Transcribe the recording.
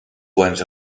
guants